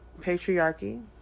patriarchy